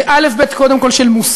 זה אלף-בית, קודם כול של מוסר.